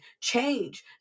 change